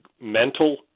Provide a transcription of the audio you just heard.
mental